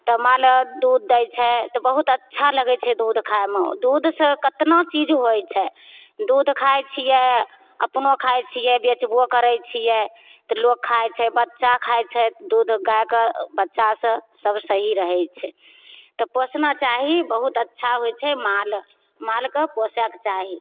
तऽ माल दूध दै छै तऽ बहुत अच्छा लगय छै दूध खाइमे दूधसँ कितना चीज होइ छै दूध खाइ छियै अपनो खाइ छियै बेचबो करय छियै तऽ लोक खाइ छै बच्चा खाइ छै दूध गायके बच्चासँ सब सही रहय छै तऽ पोसना चाही बहुत अच्छा होइ छै माल मालके पोसयके चाही